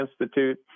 Institute